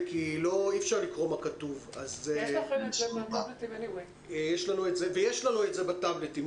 כי אי-אפשר לקרוא מה כתוב בהן ויש לנו את זה בטבלטים.